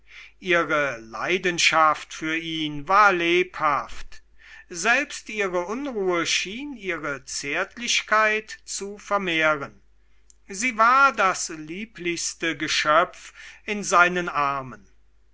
ihre leidenschaft für ihn war lebhaft selbst ihre unruhe schien ihre zärtlichkeit zu vermehren sie war das lieblichste geschöpf in seinen armen